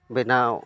ᱵᱮᱱᱟᱣ